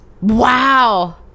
Wow